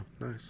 nice